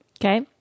Okay